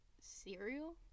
cereal